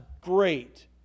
great